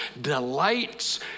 delights